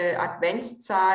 Adventszeit